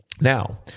Now